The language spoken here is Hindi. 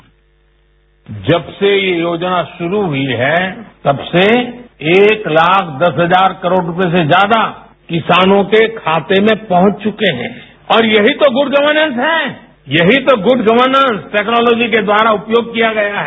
बाईट पीएम जब से ये योजना शुरू हई है तब से एक लाख दस हजार करोड़ रूपये से ज्यादा किसानों के खाते में पहुंच चुके हैं और यही तो गुड गवर्नेस है यही तो गुड गवर्नेस टेक्नोलॉजी के द्वारा उपयोग किया गया है